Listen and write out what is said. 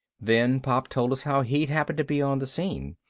then pop told us how he'd happened to be on the scene.